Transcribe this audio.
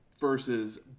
versus